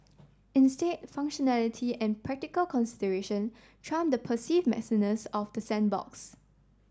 instead functionality and practical consideration trump the perceived messiness of the sandbox